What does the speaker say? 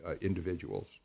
individuals